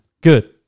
good